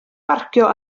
barcio